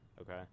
okay